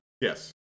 yes